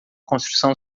construção